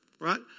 right